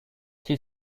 she